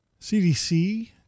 CDC